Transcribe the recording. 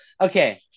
okay